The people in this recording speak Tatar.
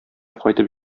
кайтып